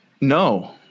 No